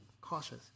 cautious